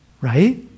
Right